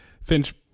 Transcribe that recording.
Finch